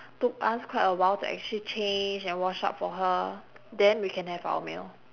took us quite a while to actually change and wash up for her then we can have our meal